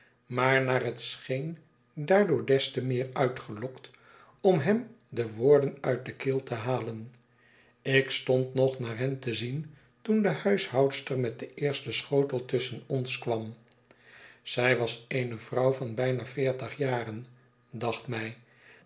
maar naar het scheen daardoor des te meer uitgelokt om hem de woorden uit de keel te halen ik stond nog naar hen te zien toen de huishoudster met den eersten schotel tusschen ons kwam zij was eene vrouw van bijna veertig jaren dacht mij